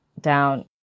down